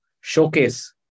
showcase